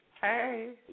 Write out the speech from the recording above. Hey